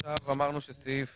עכשיו אמרנו שסעיף